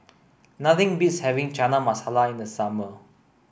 nothing beats having Chana Masala in the summer